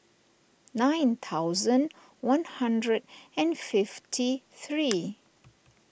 nine thousand one hundred and fifty three